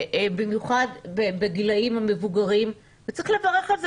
במיוחד בגילאים המבוגרים וצריך לברך על זה